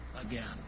again